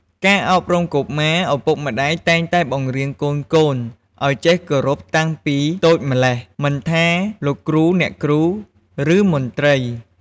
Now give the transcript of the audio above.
ការអប់រំកុមារ ឪពុកម្តាយតែងតែបង្រៀនកូនៗឱ្យចេះគោរពតាំងពីតូចម្ល៉េះមិនថាលោកគ្រូអ្នកគ្រូ និងមន្ត្រី។